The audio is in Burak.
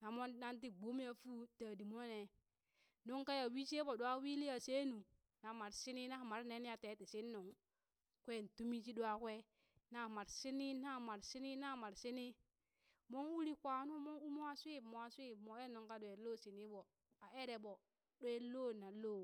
na mon nan ti gbomeya fuu dadi mone, nuŋ ka ya wii she ɓo ɗwa wili ya she nu, na mar shini na mar nen ya tee ti shin nuŋ kwen tumi shi ɗwa kwe, na mar shini na mar shini na mar shini, mon uri kwan nu moŋ u mwa shwiip mwa shwip mo er nuŋ ka ɗwel lo shini ɓo, a ere ɓo ɗwen lo nan lo